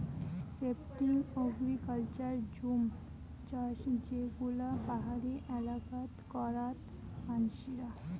shifting agriculture জুম চাষ যে গুলো পাহাড়ি এলাকাত করাত মানসিরা